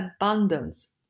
abundance